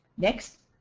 next.